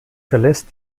verlässt